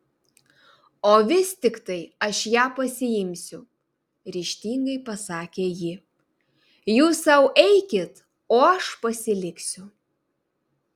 o vis tiktai aš ją pasiimsiu ryžtingai pasakė ji jūs sau eikit o aš pasiliksiu